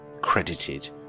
credited